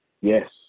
Yes